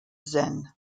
zen